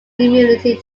immunity